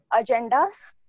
agendas